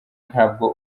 ntabwo